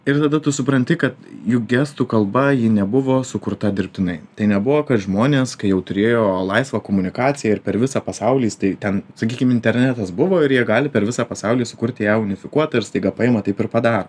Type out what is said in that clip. ir tada tu supranti kad juk gestų kalba ji nebuvo sukurta dirbtinai tai nebuvo kad žmonės kai jau turėjo laisvą komunikaciją ir per visą pasaulį s tai ten sakykim internetas buvo ir jie gali per visą pasaulį sukurt ją unifikuotą ir staiga paima taip ir padaro